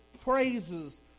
praises